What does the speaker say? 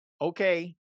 okay